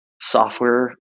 Software